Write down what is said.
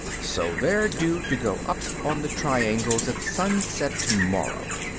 so they're due to go up on the triangles at sunset tomorrow.